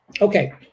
Okay